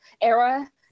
era